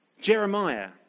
Jeremiah